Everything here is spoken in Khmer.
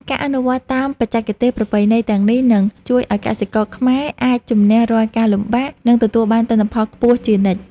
ការអនុវត្តតាមបច្ចេកទេសប្រពៃណីទាំងនេះនឹងជួយឱ្យកសិករខ្មែរអាចជម្នះរាល់ការលំបាក និងទទួលបានទិន្នផលខ្ពស់ជានិច្ច។